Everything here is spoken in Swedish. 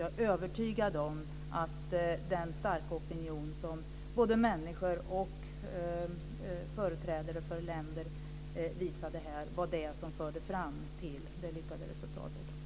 Jag är övertygad om att den starka opinion som både människor och företrädare för länder visade var det som förde fram till det lyckade resultatet.